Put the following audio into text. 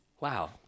Wow